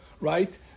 right